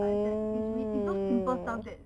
I sa~ it's it's those simple stuff that